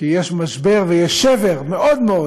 כי יש משבר ויש שבר מאוד מאוד